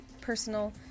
personal